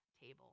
table